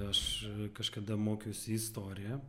aš kažkada mokiausi istoriją